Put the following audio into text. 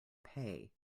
pay